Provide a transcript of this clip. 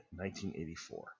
1984